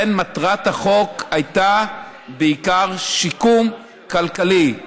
מטרת החוק הייתה בעיקר שיקום כלכלי,